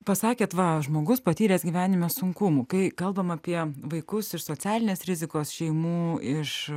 pasakėt va žmogus patyręs gyvenime sunkumų kai kalbam apie vaikus iš socialinės rizikos šeimų iš